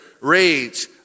rage